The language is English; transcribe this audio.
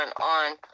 on